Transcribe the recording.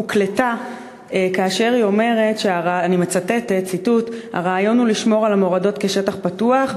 הוקלטה כאשר היא אומרת: "הרעיון הוא לשמור על המורדות כשטח פתוח,